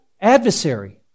adversary